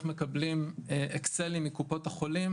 איך מקבלים אקסלים מקופות החולים,